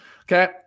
Okay